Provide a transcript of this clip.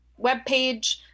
webpage